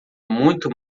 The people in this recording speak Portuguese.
muito